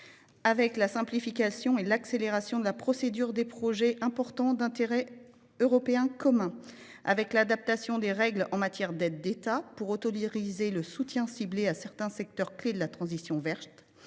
par la simplification et l'accélération de la procédure des projets importants d'intérêt européen commun (Piiec) ; l'adaptation des règles en matière d'aides d'État pour autoriser le soutien ciblé à certains secteurs clés de la transition verte,